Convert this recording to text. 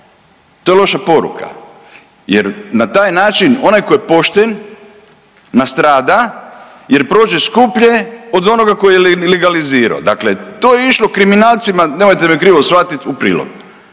to je loša poruka jer na taj način onaj ko je pošten nastrada jer prođe skuplje od onoga koji je legalizirao, dakle to je išlo kriminalcima, nemojte me krivo shvatit, u prilog,